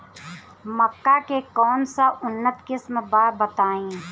मक्का के कौन सा उन्नत किस्म बा बताई?